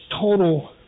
total